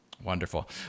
Wonderful